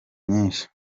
nyinshi